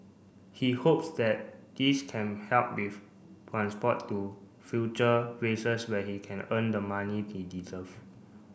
he hopes that this can help with transport to future races where he can earn the money he deserve